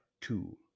two